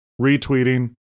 retweeting